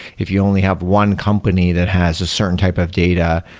if you only have one company that has a certain type of data,